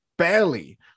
Barely